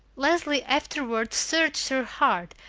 leslie afterwards searched her heart,